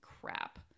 crap